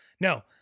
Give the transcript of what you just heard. No